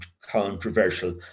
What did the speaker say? controversial